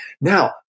Now